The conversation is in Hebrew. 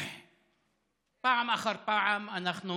פעם אחר פעם אנחנו